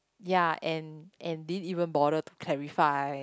ya and and didn't even bother to clarify